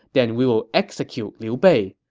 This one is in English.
then we will execute liu bei.